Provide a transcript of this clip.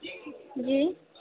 جی